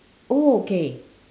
oh K